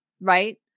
right